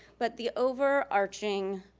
but the overarching